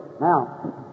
Now